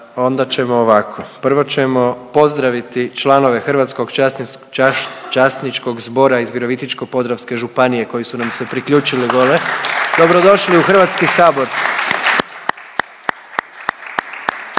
Onda ćemo ovako, prvo ćemo pozdraviti članove Hrvatskog časničkog zbora iz Virovitičko-podravske županije koji su nam se priključili gore, dobrodošli u HS. /Pljesak/